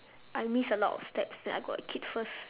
I miss a lot of steps then I got a kid first